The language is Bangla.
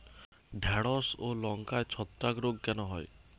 ঢ্যেড়স ও লঙ্কায় ছত্রাক রোগ কেন হয়?